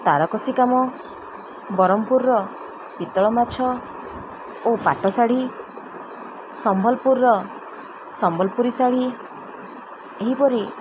ତାରକସି କାମ ବରହମପୁରର ପିତ୍ତଳ ମାଛ ଓ ପାଟଶାଢ଼ୀ ସମ୍ବଲପୁରର ସମ୍ବଲପୁରୀ ଶାଢ଼ୀ ଏହିପରି